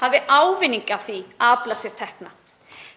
hafi ávinning af því að afla sér tekna.